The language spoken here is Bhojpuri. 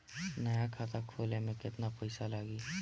नया खाता खोले मे केतना पईसा लागि?